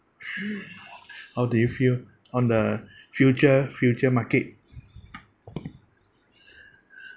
how they feel on the future future market